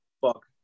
fuck